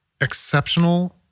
exceptional